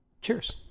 Cheers